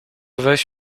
weź